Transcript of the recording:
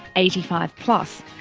eighty five plus,